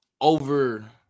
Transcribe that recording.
over